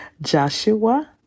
Joshua